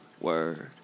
Word